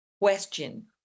question